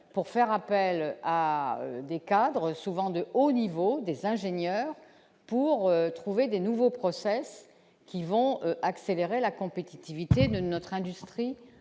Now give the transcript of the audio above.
pour faire appel à des cadres, souvent de haut niveau, des ingénieurs pour trouver des nouveaux process qui vont accélérer la compétitivité de notre industrie